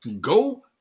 Go